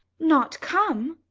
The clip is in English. not come!